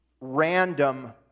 random